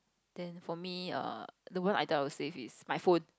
then for me err the one I think I will save is my phone